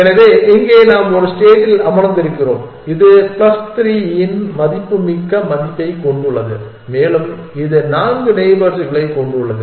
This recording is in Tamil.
எனவே இங்கே நாம் ஒரு ஸ்டேட்டில் அமர்ந்திருக்கிறோம் இது பிளஸ் 3 இன் மதிப்புமிக்க மதிப்பைக் கொண்டுள்ளது மேலும் இது நான்கு நெய்பர்ஸ்களைக் கொண்டுள்ளது